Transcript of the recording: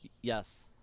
Yes